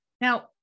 now